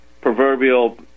proverbial